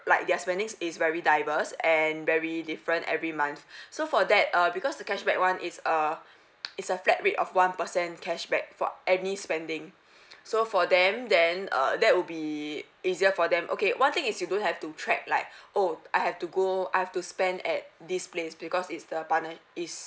like their spending's is very diverse and very different every month so for that err because the cashback one is err is a flat rate of one percent cashback for any spending so for them then uh that will be easier for them okay one thing is you don't have to track like oh I have to go I have to spend at this place because it's the partner it's